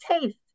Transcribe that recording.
taste